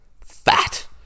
Fat